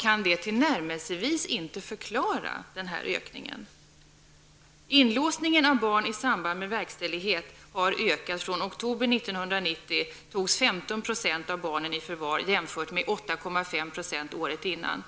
kan tillnärmelsevis förklara denna ökning. Inlåsningen av barn i samband med verkställighet har ökat. I oktober 1990 togs 15 % av barnen i förvar, jämfört med 8,5 % året dessförinnan.